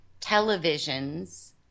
televisions